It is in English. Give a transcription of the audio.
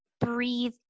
breathe